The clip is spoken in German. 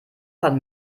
von